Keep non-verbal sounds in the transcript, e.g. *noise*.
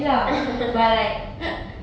*laughs*